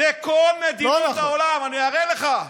בכל מדינות העולם, אני אראה לך.